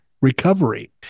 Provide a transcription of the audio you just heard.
recovery